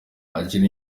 akina